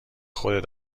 خودت